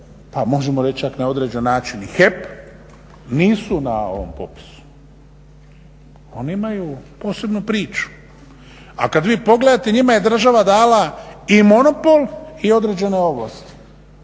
a možemo reći čak i na određeni način i HEP nisu na ovom popisu. Oni imaju posebnu priču. A kad vi pogledate njima je država dala i monopol i određene ovlasti